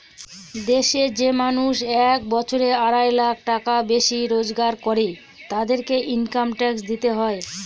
দেশের যে মানুষ এক বছরে আড়াই লাখ টাকার বেশি রোজগার করে, তাদেরকে ইনকাম ট্যাক্স দিতে হয়